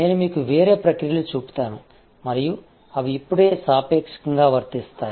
నేను మీకు వేరే ప్రక్రియలు చూపుతాను మరియు అవి ఇప్పుడే సాపేక్షంగా వర్తిస్తాయి